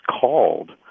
called